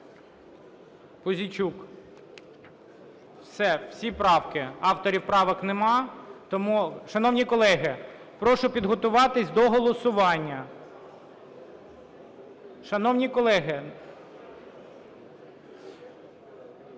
Пузійчук. Все. Всі правки. Авторів правок немає. Тому, шановні колеги, прошу підготуватись до голосування. Шановні колеги,